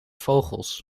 vogels